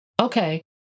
Okay